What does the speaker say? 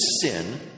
sin